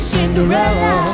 Cinderella